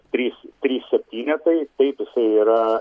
trys trys septynetai taip jisai yra